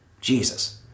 Jesus